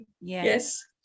Yes